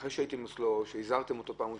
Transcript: אחרי שהייתם אצלו והזהרתם אותו בפעם הראשונה?